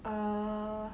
err